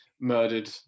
murdered